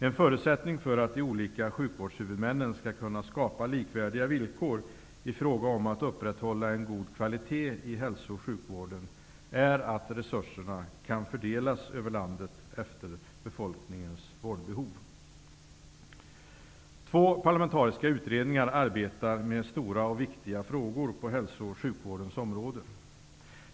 En förutsättning för att de olika sjukvårdshuvudmännen skall kunna skapa likvärdiga villkor i fråga om att upprätthålla en god kvalitet i hälso och sjukvården är att resurserna kan fördelas över landet efter befolkningens vårdbehov. Två parlamentariska utredningar arbetar med stora och viktiga frågor på hälso och sjukvårdens område.